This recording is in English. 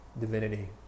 divinity